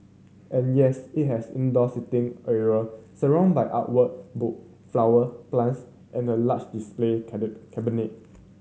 and yes it has indoor seating area surrounded by art work book flower plants and a large display cabinet